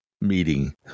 meeting